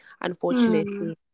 unfortunately